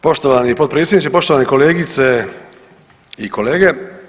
Poštovani potpredsjedniče, poštovane kolegice i kolege.